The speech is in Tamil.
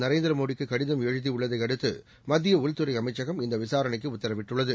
நரேந்திரமோடிக்குகடிதம் எழுதியுள்ளதையடுத்துமத்தியஉள்துறைஅமைச்சகம் இந்தவிசாரணைக்குஉத்தரவிட்டுள்ளது